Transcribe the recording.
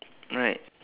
right